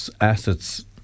assets